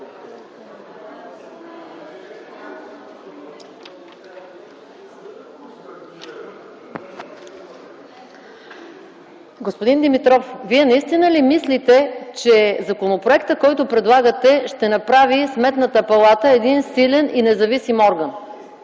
Господин Димитров, Вие наистина ли мислите, че законопроектът, който предлагате, ще направи Сметната палата един силен и независим орган?